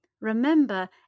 Remember